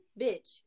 bitch